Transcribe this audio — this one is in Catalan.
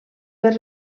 per